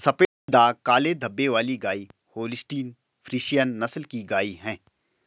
सफेद दाग काले धब्बे वाली गाय होल्सटीन फ्रिसियन नस्ल की गाय हैं